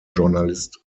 journalist